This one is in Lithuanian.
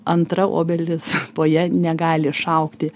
antra obelis po ja negali išaugti